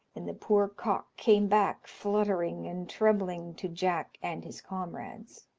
and the poor cock came back fluttering and trembling to jack and his comrades.